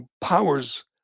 powers